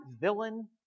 villain